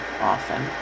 often